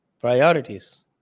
priorities